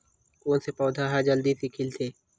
कोन से पौधा ह जल्दी से खिलथे?